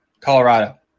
Colorado